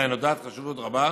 שלהן נודעת חשיבות רבה,